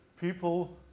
people